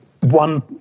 one